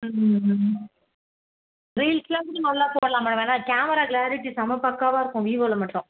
reels எல்லாம் கூட நல்லா போடலாம் மேடம் ஏன்னா கேமரா க்ளாரிட்டி செம பக்காவாக இருக்கும் விவோவில மட்டும்